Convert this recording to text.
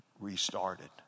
restarted